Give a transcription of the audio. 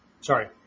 sorry